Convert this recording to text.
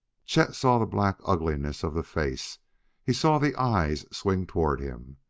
chet saw the black ugliness of the face he saw the eyes swing toward him.